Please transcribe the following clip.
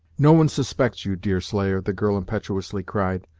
no one suspects you, deerslayer, the girl impetuously cried.